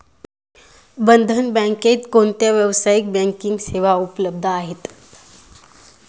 बंधन बँकेत कोणत्या व्यावसायिक बँकिंग सेवा उपलब्ध आहेत?